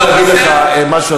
אגיד לך משהו,